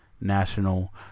National